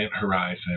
Horizon